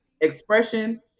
expression